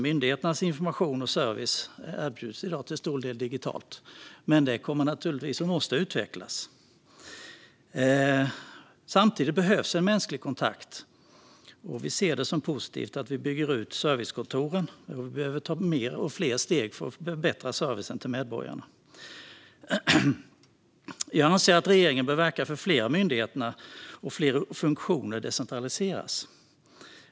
Myndigheternas information och service erbjuds i dag till stor del digitalt, men detta kommer naturligtvis att behöva utvecklas. Samtidigt behövs en mänsklig kontakt. Vi ser det som positivt att vi bygger ut servicekontoren. Vi behöver ta fler steg för att förbättra servicen till medborgarna. Jag anser att regeringen bör verka för att fler av myndigheterna och fler funktioner decentraliseras.